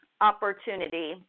opportunity